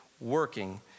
working